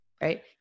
right